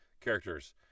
characters